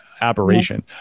aberration